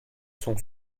sont